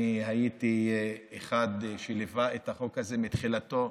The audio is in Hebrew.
אני הייתי מאלה שליוו את החוק הזה מתחילתו